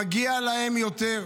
מגיע להם יותר,